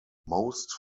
most